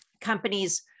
companies